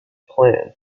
plan